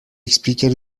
expliquait